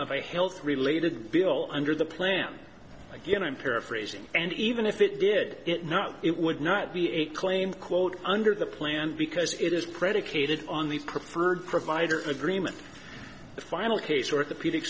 of a health related bill under the plan again i'm paraphrasing and even if it did it not it would not be a claim quote under the plan because it is predicated on the preferred provider agreement the final case orthopedic